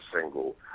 single